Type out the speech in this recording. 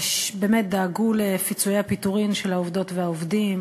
ודאגו לפיצויי הפיטורים של העובדות והעובדים